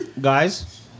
guys